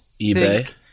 eBay